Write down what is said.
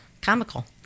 comical